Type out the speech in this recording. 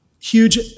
huge